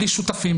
בלי שותפים,